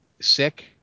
sick